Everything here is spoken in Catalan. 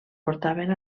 portaven